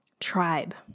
tribe